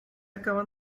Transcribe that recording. acaban